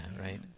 right